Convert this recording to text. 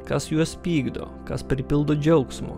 kas juos pykdo kas pripildo džiaugsmo